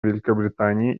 великобритании